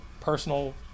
personal